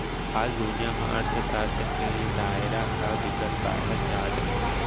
आज दुनिया म अर्थसास्त्र के दायरा ह बिकट बाड़हत जावत हे